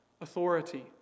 authority